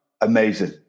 amazing